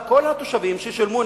אבל כל התושבים ששילמו,